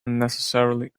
unnecessarily